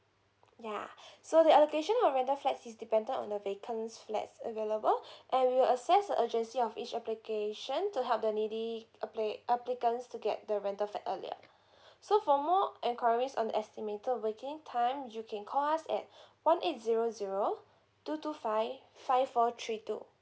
yeah so the allocations of random flats is dependent on the vacant flats available and we will assess the urgency of each application to help the needy appli~ applicants to get the rental flat earlier so for more enquiries on estimated waiting time you can call us at one eight zero zero two two five five four three two